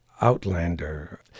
outlander